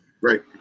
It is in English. Right